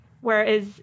whereas